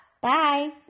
Bye